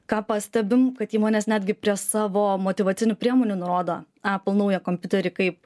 ką pastebim kad įmonės netgi prie savo motyvacinių priemonių nurodo apple naują kompiuterį kaip